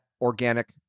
organic